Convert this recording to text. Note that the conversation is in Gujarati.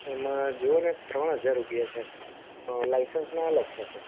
એમાં જુઓ ને ત્રણ હજાર રૂપિયા છે લાઇસન્સના અલગ થશે